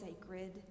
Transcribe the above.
sacred